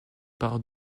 par